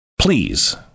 Please